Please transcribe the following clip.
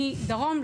מדרום,